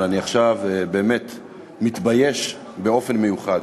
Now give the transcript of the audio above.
אבל עכשיו אני באמת מתבייש באופן מיוחד.